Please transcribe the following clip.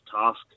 task